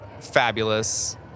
fabulous